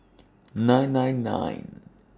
nine nine nine